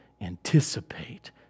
anticipate